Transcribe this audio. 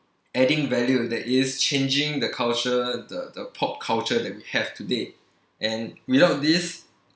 adding value that is changing the culture the the pop culture that we have today and without this